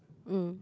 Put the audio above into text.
mm